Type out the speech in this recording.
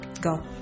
Go